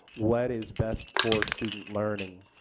what is best for student learning.